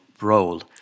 role